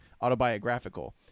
autobiographical